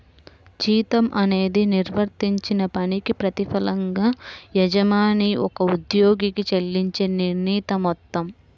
జీతం అనేది నిర్వర్తించిన పనికి ప్రతిఫలంగా యజమాని ఒక ఉద్యోగికి చెల్లించే నిర్ణీత మొత్తం